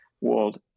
world